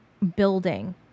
Building